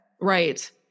Right